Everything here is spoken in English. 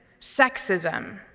sexism